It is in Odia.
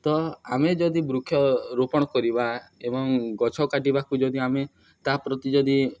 ତ ଆମେ ଯଦି ବୃକ୍ଷ ରୋପଣ କରିବା ଏବଂ ଗଛ କାଟିବାକୁ ଯଦି ଆମେ ତା ପ୍ରତି ଯଦି